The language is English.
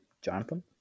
Jonathan